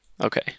okay